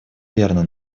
верно